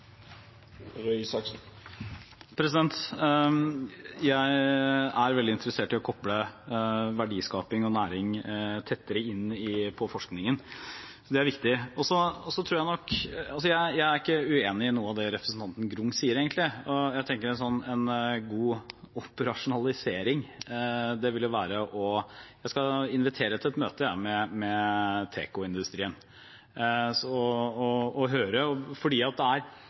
Jeg er veldig interessert i å koble verdiskaping og næring tettere inn mot forskningen. Det er viktig. Jeg er egentlig ikke uenig i noe av det representanten Grung sier, og jeg tenker på en god operasjonalisering. Jeg skal invitere til et møte med tekoindustrien. Noe av tanken bak måten vi har bygd opp virkemiddelapparatet på, er at det skal være nettopp enkelt og smidig for å støtte opp under initiativer som kommer. Det er